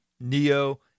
Neo